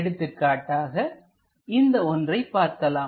எடுத்துக்காட்டாக இந்த ஒன்றைப் பார்க்கலாம்